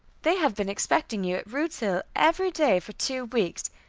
they have been expecting you at rude's hill every day for two weeks,